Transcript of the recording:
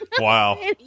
Wow